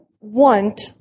want